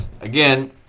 again